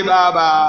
Baba